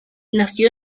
nació